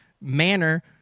manner